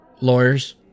lawyers